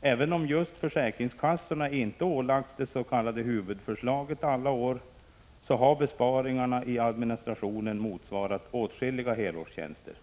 Även om just försäkringskassorna inte alla år har ålagts det s.k. huvudförslaget, har besparingarna i administrationen motsvarat åtskilliga helårstjänster.